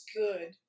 good